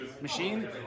Machine